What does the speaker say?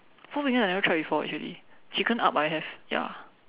Four Fingers I never try before actually Chicken Up I have ya